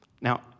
Now